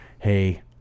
hey